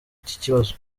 cy’ikibazo